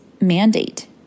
mandate